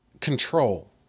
control